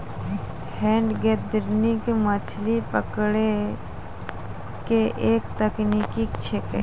hand gathering मछली पकड़ै के एक तकनीक छेकै